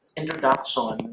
introduction